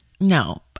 No